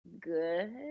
good